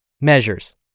Measures